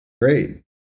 Great